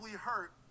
hurt